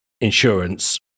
insurance